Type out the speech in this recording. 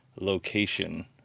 location